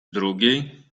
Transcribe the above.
drugiej